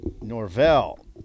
Norvell